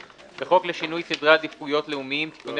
11. בחוק לשינוי סדרי עדיפויות לאומיים (תיקוני